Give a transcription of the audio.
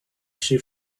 she